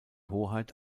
hoheit